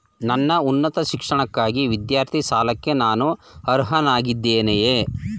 ನನ್ನ ಉನ್ನತ ಶಿಕ್ಷಣಕ್ಕಾಗಿ ವಿದ್ಯಾರ್ಥಿ ಸಾಲಕ್ಕೆ ನಾನು ಅರ್ಹನಾಗಿದ್ದೇನೆಯೇ?